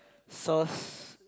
sauce